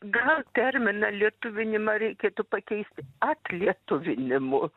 gal terminą lietuvinimą reikėtų pakeisti atlietuvinimu